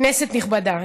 כנסת נכבדה,